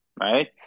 right